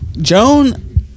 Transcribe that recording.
joan